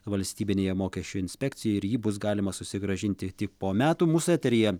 valstybinėje mokesčių inspekcijoje ir jį bus galima susigrąžinti tik po metų mūsų eteryje